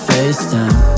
FaceTime